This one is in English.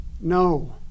No